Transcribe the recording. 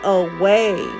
away